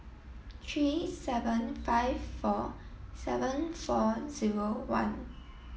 three seven five four seven four zero one